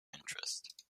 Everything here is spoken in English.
interest